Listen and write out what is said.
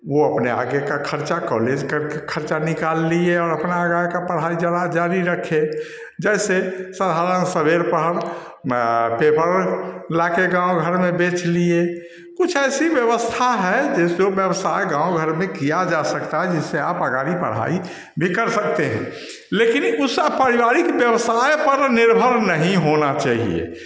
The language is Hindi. वो अपने आगे का खर्चा कॉलेज का खर्चा निकाल लिए और अपना आगे का पढ़ाई जारी रखे जैसे साधारण सा रेल फार्म पेपर लाकर गाँव घर में बेच लिए कुछ ऐसी व्यवस्था है जिस जो व्यवसाय गाँव घर में किया जा सकता है जिस से आप अगारी पढ़ाई भी कर सकते हैं लेकिन उसा पारिवारिक व्यवसाय पर निर्भर नहीं होना चाहिए